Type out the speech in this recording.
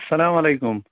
اَسلامُ عَلیکُم